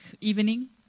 evening